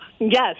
yes